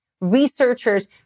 researchers